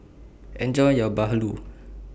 Enjoy your Bahulu